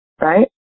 right